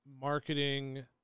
marketing